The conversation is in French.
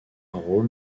rôle